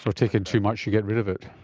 and taking too much, you get rid of it.